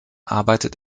arbeitet